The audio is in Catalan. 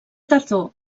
tardor